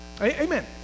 Amen